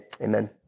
Amen